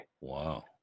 Wow